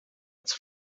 its